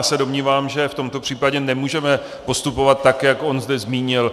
Já se domnívám, že v tomto případě nemůžeme postupovat tak, jak on zde zmínil.